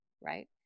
right